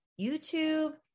YouTube